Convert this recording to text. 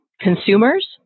consumers